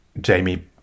Jamie